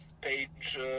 page